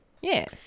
Yes